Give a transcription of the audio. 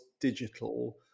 digital